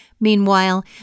Meanwhile